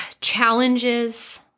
challenges